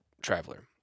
traveler